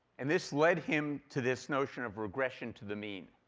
and this led him to this notion of regression to the mean.